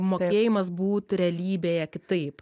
mokėjimas būt realybėje kitaip